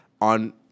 on